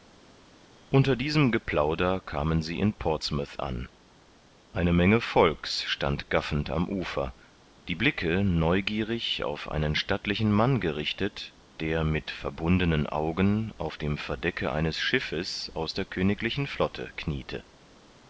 unter diesem geplauder kamen sie in portsmouth an eine menge volks stand gaffend am ufer die blicke neugierig auf einen stattlichen mann gerichtet der mit verbundenen augen auf dem verdecke eines schiffes aus der königlichen flotte kniete